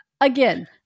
Again